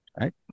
right